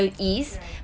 right